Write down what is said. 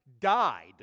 died